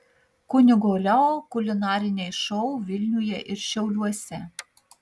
kunigo leo kulinariniai šou vilniuje ir šiauliuose